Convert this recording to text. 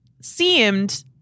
seemed